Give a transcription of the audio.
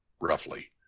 roughly